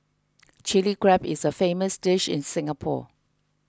Chilli Crab is a famous dish in Singapore